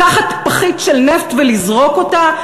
לקחת פחית של נפט ולזרוק אותה,